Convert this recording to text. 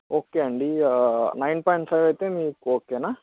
okay అండి nine point five అయితే మీకు ఓకేనా